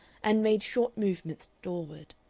and made short movements doorward.